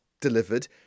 delivered